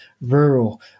rural